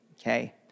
okay